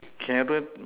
cupboard